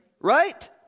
Right